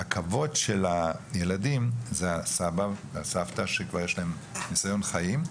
הכבוד של הילדים זה הסבא והסבתא שיש להם גם ניסיון חיים.